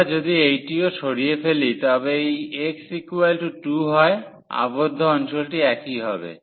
আমরা যদি এইটিও সরিয়ে ফেলি তবে এই x2 হয় আবদ্ধ অঞ্চলটি একই হবে